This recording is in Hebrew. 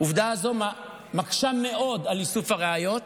עובדה זו מקשה מאוד על איסוף הראיות,